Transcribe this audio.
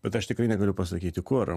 bet aš tikrai negaliu pasakyti kur